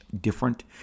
different